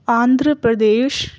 Andhra Pradesh